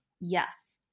Yes